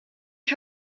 ich